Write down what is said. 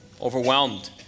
overwhelmed